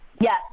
Yes